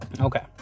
okay